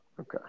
Okay